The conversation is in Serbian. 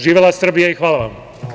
Živela Srbija i hvala vam.